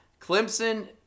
Clemson